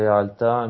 alta